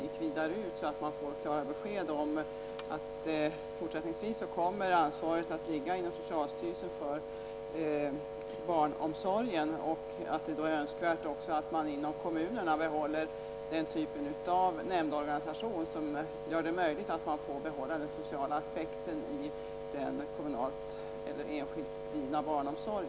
Det gäller ju att det finns klara besked om att ansvaret fortsättningsvis kommer att ligga på socialstyrelsen när det gäller barnomsorgen. Vidare är det önskvärt att man i kommunerna behåller den typ av nämndorganisation som gör det möjligt att bibehålla den sociala aspekten i fråga om kommunalt eller enskilt driven barnomsorg.